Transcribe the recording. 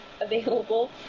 available